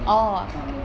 我的 cover